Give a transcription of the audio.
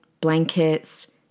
Blankets